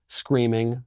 screaming